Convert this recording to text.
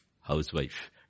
housewife